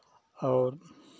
और